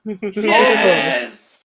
Yes